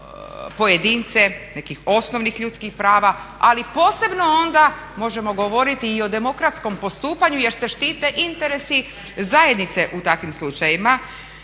pojedince nekih osnovnih ljudskih prava ali posebno onda možemo govoriti i o demokratskom postupanju jer se štite interesi zajednice u takvim slučajevima